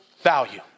value